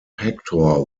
hector